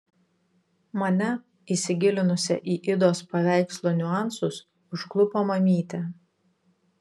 mane įsigilinusią į idos paveikslo niuansus užklupo mamytė